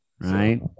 Right